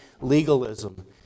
legalism